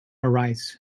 arise